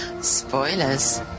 Spoilers